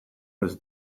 was